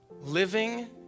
living